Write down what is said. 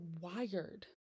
wired